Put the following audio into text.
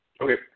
Okay